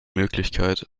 möglichkeit